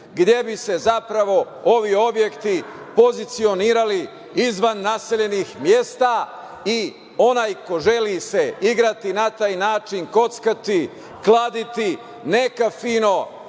gde bi se zapravo ovi objekti pozicionirali izvan naseljenih mesta i onaj ko želi se igrati na taj način, kockati, kladiti neka fino